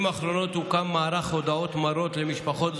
בשנים האחרונות הוקם מערך הודעות מרות למשפחות,